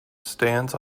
stands